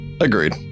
Agreed